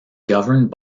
governed